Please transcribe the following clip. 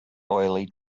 oily